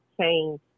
change